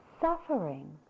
Suffering